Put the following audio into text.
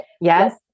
Yes